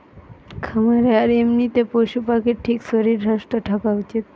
খামারে আর এমনিতে পশু পাখির ঠিক শরীর স্বাস্থ্য থাকা উচিত